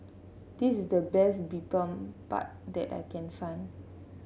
this the best Bibimbap that I can find